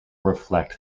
reflect